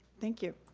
thank you.